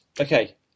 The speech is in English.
Okay